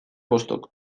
bostok